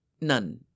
None